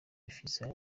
bifise